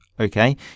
Okay